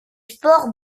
sports